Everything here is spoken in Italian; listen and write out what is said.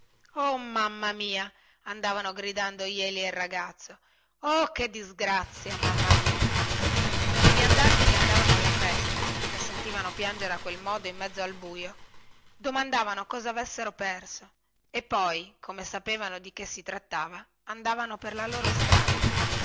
oh mamma mia andavano gridando jeli e il ragazzo oh che disgrazia mamma mia i viandanti che andavano alla festa e sentivano piangere a quel modo in mezzo al buio domandavano cosa avessero pers e poi come sapevano di che si trattava andavano per la loro strada